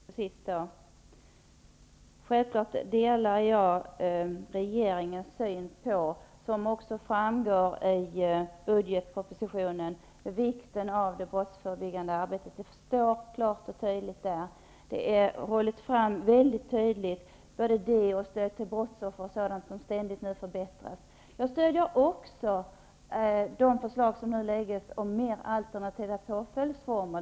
Herr talman! Självfallet delar jag regeringens syn, vilken framgår av budgetpropositionen. Där betonar man klart och tydligt vikten av det förebyggande arbetet. Detta framgår väldigt tydligt, liksom även att stödet till brottsoffer behöver förbättras. Jag stöder de förslag som nu läggs fram om fler alternativa påföljdsformer.